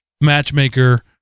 matchmaker